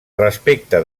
respecte